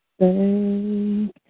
thank